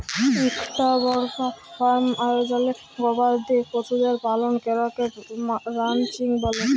ইকটা বড়কা ফার্ম আয়জলে গবাদি পশুদের পালল ক্যরাকে রানচিং ব্যলে